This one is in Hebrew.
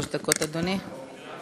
שלוש דקות, אדוני.